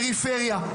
גם לאלה שבפריפריה,